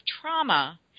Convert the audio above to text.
trauma